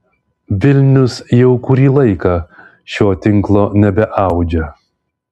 vilnius jau kurį laiką šio tinklo nebeaudžia